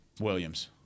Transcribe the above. Williams